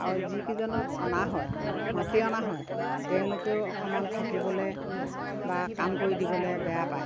আৰু যিকেইজনক অনা হয় মাতি অনা হয় তেওঁলোকেও অকণমান থাকিবলৈ বা কাম কৰি দিবলৈ বেয়া পায়